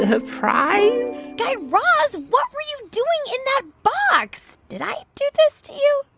ah surprise? guy raz, what were you doing in that box? did i do this to you?